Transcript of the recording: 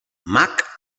mac